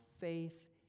faith